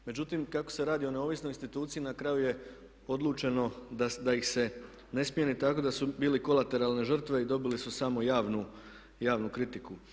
Međutim, kako se radi o neovisnoj instituciji na kraju je odlučeno da ih se ne smije ni tako da su bili kolateralne žrtve i dobili su samo javnu kritiku.